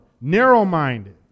narrow-minded